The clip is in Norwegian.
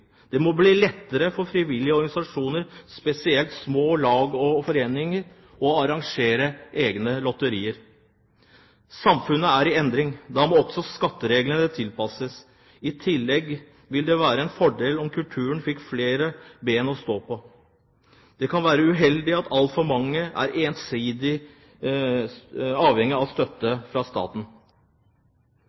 Det må bli lettere for frivillige organisasjoner, spesielt små lag og foreninger, å arrangere egne lotterier. Samfunnet er i endring, da må også skattereglene tilpasses. I tillegg ville det være en fordel om kulturen fikk flere ben å stå på. Det kan være uheldig at altfor mange er ensidig avhengig av støtte fra staten.